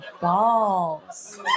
Balls